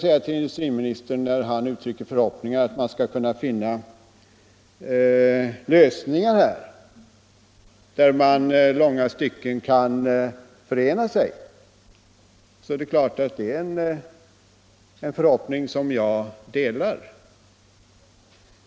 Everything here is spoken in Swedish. När industriministern uttrycker förhoppningen att man skall kunna finna lösningar och bli enig i långa stycken, så är det givetvis en förhoppning som jag delar.